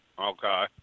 Okay